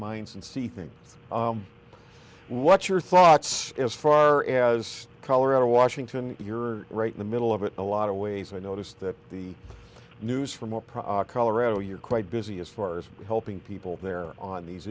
minds and see things what your thoughts as far as color are washington you're right in the middle of it a lot of ways i noticed that the news from a prokhorov you're quite busy as far as helping people there on these